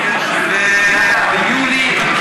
ב-1 ביולי, עד